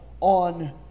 on